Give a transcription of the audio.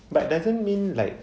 but doesn't mean like